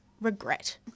regret